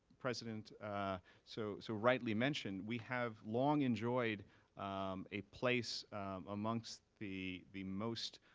president so so rightly mentioned, we have long enjoyed a place amongst the the most